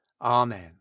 Amen